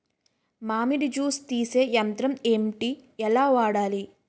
మామిడి జూస్ తీసే యంత్రం ఏంటి? ఎలా వాడాలి?